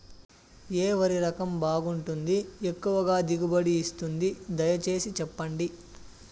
ఏ వరి రకం బాగుంటుంది, ఎక్కువగా దిగుబడి ఇస్తుంది దయసేసి చెప్పండి?